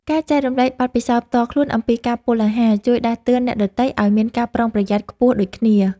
ការចែករំលែកបទពិសោធន៍ផ្ទាល់ខ្លួនអំពីការពុលអាហារ ជួយដាស់តឿនអ្នកដទៃឱ្យមានការប្រុងប្រយ័ត្នខ្ពស់ដូចគ្នា។